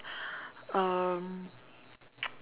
um